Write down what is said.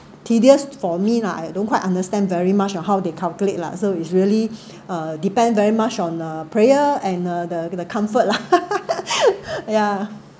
tedious for me lah I don't quite understand very much on how they calculate lah so it's really uh depend very much on the prayer and the the comfort lah ya